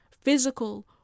physical